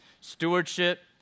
Stewardship